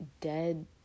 dead